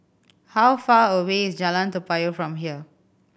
how far away is Jalan Toa Payoh from here